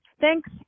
thanks